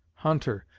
hunter,